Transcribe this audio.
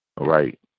Right